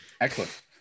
Excellent